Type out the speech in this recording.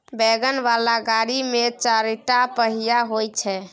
wagon बला गाड़ी मे चारिटा पहिया होइ छै